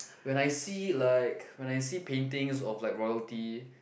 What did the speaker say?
when I see like when I see paintings of like royalty